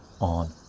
on